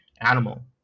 animal